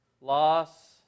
Loss